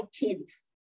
kids